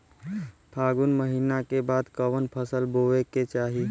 फागुन महीना के बाद कवन फसल बोए के चाही?